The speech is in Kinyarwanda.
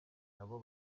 nabo